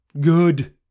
Good